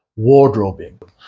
Wardrobing